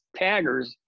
taggers